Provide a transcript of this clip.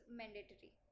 mandatory